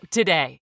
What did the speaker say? today